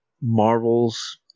Marvel's